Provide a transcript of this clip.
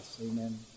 Amen